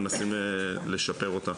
מנסים לשפר אותה.